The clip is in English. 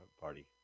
party